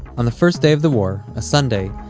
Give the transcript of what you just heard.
on the first day of the war, a sunday,